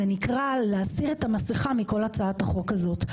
זה נקרא להסיר את המסכה מכל הצעת החוק הזאת,